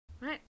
right